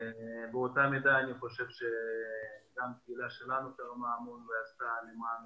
ובאותה מידה אני חושב שגם הקהילה שלנו תרמה הרבה ועשתה למען